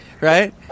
right